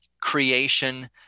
creation